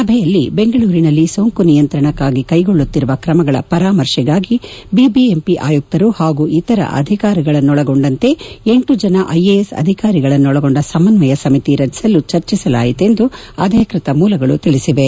ಸಭೆಯಲ್ಲಿ ಬೆಂಗಳೂರಿನಲ್ಲಿ ಸೋಂಕು ನಿಯಂತ್ರಣಕಾಗಿ ಕೈಗೊಳ್ಳುತ್ತಿರುವ ಕ್ರಮಗಳ ಪರಾಮರ್ಶೆಗಾಗಿ ಬಿಬಿಎಂಪಿ ಆಯುಕ್ತರು ಹಾಗೂ ಇತರ ಅಧಿಕಾರಿಗಳನ್ನು ಒಳಗೊಂಡಂತೆ ಎಂಟು ಜನ ಐಎಎಸ್ ಅಧಿಕಾರಿಗಳನ್ನೊಳಗೊಂಡ ಸಮನ್ವಯ ಸಮಿತಿ ರಚಿಸಲು ಚರ್ಚಿಸಲಾಯಿತು ಎಂದು ಅಧಿಕೃತ ಮೂಲಗಳು ತಿಳಿಸಿವೆ